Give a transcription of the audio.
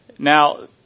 Now